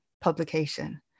publication